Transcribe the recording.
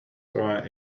are